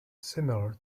similar